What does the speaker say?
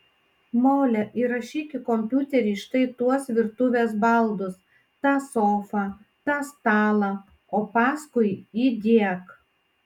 mole įrašyk į kompiuterį štai tuos virtuvės baldus tą sofą tą stalą o paskui įdiek